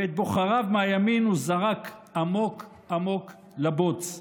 ואת בוחריו מהימין הוא זרק עמוק עמוק לבוץ.